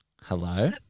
Hello